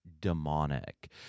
demonic